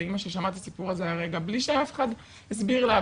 אימא שלי שמעה את הסיפור הזה הרגע בלי שאף אחד הסביר לה,